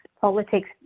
politics